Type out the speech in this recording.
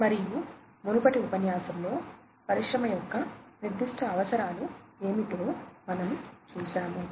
మరియు మునుపటి ఉపన్యాసంలో పరిశ్రమ యొక్క నిర్దిష్ట అవసరాలు ఏమిటో మనం చూశాము